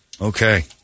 Okay